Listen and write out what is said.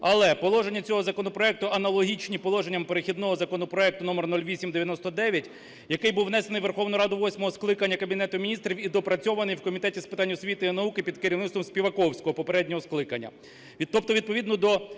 Але положення цього законопроекту, аналогічні положенням перехідного законопроекту номер 0899, який був внесений Верховною Радою восьмого скликання, Кабінетом Міністрів і доопрацьований в Комітеті з питань освіти і науки під керівництвом Співаковського, попереднього скликання.